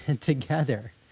together